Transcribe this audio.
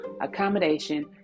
accommodation